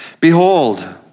Behold